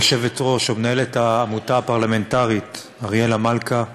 יושבת-ראש ומנהלת העמותה הפרלמנטרית אריאלה מלכה,